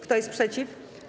Kto jest przeciw?